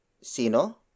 Sino